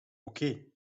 oké